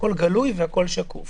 הכול גלוי והכול שקוף.